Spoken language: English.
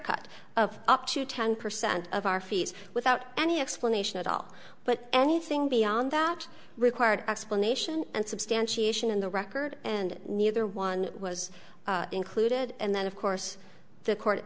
cut of up to ten percent of our fees without any explanation at all but anything beyond that required explanation and substantiation in the record and neither one was included and then of course the court